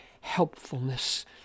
helpfulness